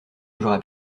j’aurais